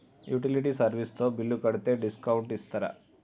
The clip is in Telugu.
యుటిలిటీ సర్వీస్ తో బిల్లు కడితే డిస్కౌంట్ ఇస్తరా?